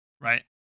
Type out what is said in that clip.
right